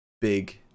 big